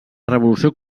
revolució